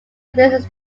visits